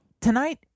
Tonight